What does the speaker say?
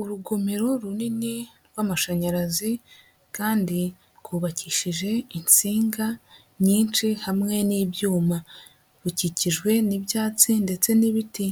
Urugomero runini rw'amashanyarazi kandi rwubakishije insinga nyinshi hamwe n'ibyuma, bikikijwe n'ibyatsi ndetse n'ibiti,